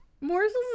Morsels